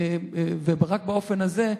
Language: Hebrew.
ורק באופן הזה,